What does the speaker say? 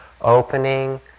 Opening